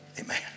Amen